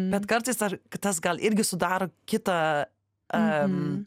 bet kartais ar kitas gal irgi sudaro kitą